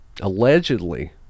allegedly